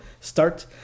start